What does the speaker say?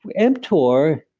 but mtor,